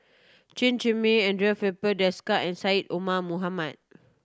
Chen Zhiming Andre Filipe Desker and Syed Omar Mohamed